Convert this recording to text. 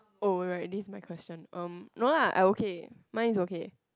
oh right this my question erm no lah I okay mine is okay